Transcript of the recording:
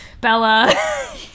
Bella